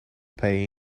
pay